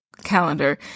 calendar